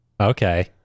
Okay